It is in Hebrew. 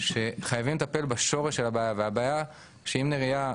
שחייבים לטפל בשורש של הבעיה והבעיה שאם נריה,